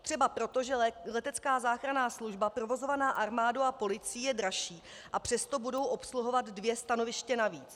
Třeba proto, že letecká záchranná služba provozovaná armádou a policií je dražší, a přesto budou obsluhovat dvě stanoviště navíc.